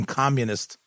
communist